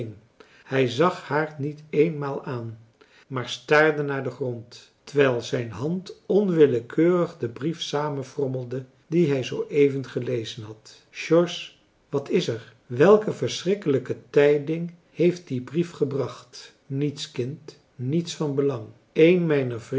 hij zag haar niet eenmaal aan maar staarde naar den grond terwijl zijn hand onwillekeurig den brief samenfrommelde dien hij zoo even gelezen had george wat is er welke verschrikkelijke tijding heeft die brief gebracht niets kind niets van belang een